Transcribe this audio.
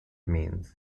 means